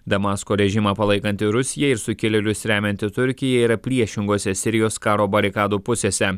damasko režimą palaikanti rusija ir sukilėlius remianti turkija yra priešingose sirijos karo barikadų pusėse